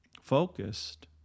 focused